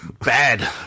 bad